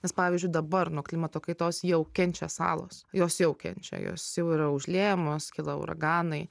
nes pavyzdžiui dabar nuo klimato kaitos jau kenčia salos jos jau kenčia jos jau yra užliejamos kyla uraganai